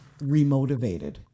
Remotivated